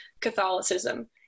Catholicism